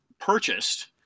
purchased